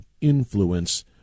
influence